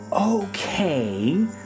Okay